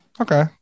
okay